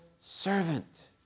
servant